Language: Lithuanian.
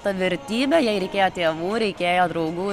ta vertybė jai reikėjo tėvų reikėjo draugų